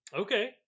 okay